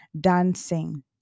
dancing